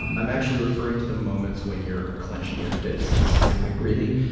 um i'm actually referring to the moments when you're clenching your fists. am i breathing?